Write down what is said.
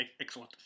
excellent